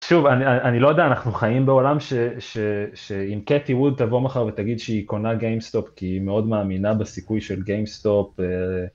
שוב, אני לא יודע אנחנו חיים בעולם שאם קטי ווד תבוא מחר ותגיד שהיא קונה גיימסטופ כי היא מאוד מאמינה בסיכוי של גיימסטופ